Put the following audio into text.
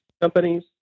companies